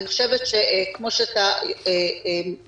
אני חושבת שכמו שאתה מרמז,